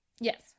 Yes